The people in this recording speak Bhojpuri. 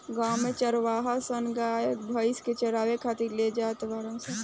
गांव में चारवाहा सन गाय भइस के चारावे खातिर ले जा तारण सन